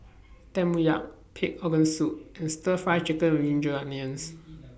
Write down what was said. Tempoyak Pig'S Organ Soup and Stir Fry Chicken with Ginger Onions